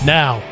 now